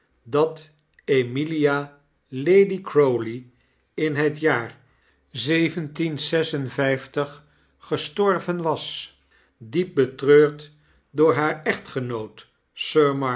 dat emilia lady crowley in het jaar gestorven was diep betreurd door haar echtgenoot